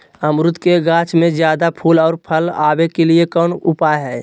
अमरूद के गाछ में ज्यादा फुल और फल आबे के लिए कौन उपाय है?